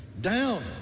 down